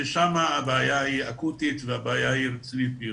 שם הבעיה היא אקוטית והבעיה רצינית ביותר.